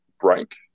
break